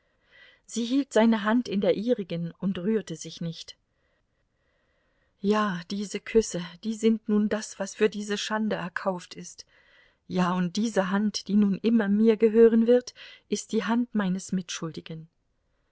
sie hielt seine hand in der ihrigen und rührte sich nicht ja diese küsse die sind nun das was für diese schande erkauft ist ja und diese hand die nun immer mir gehören wird ist die hand meines mitschuldigen